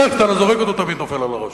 איך שאתה לא זורק אותו, הוא תמיד נופל על הראש.